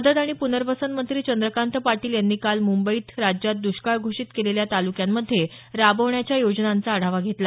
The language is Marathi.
मदत आणि प्नर्वसन मंत्री चंद्रकांत पाटील यांनी काल मुंबईत राज्यात दष्काळ घोषित केलेल्या ताल्क्यांमध्ये राबवायच्या योजनांचा आढावा घेतला